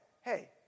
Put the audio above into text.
hey